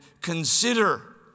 consider